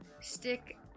stick